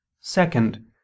Second